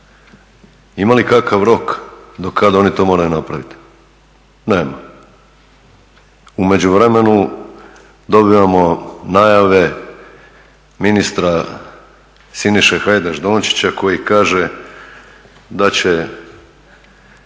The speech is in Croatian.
Ima li kakav rok do kada oni to moraju napraviti? Nema. U međuvremenu dobivamo najave ministra Siniše Hajdaš Dončića koji kaže da će